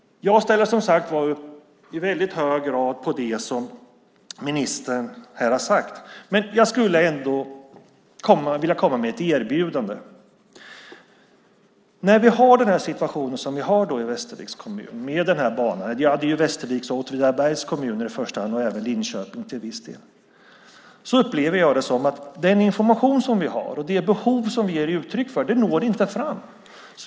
Jag ställer, som sagt, upp på mycket av det som ministern sagt, och jag skulle vilja komma med ett erbjudande. När vi har den situation vi har i Västerviks kommun vad gäller banan - vi har ju Västerviks och Åtvidabergs kommuner i första hand, och även Linköpings till viss del - upplever jag att den information vi har och det behov vi ger uttryck för inte når fram.